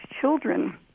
children